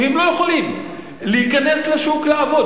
שלא יכולים להיכנס לשוק לעבוד,